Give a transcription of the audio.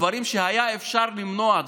דברים שהיה אפשר למנוע,